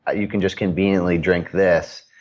ah you can just conveniently drink this.